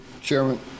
Chairman